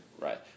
Right